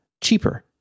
cheaper